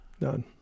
None